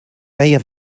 feia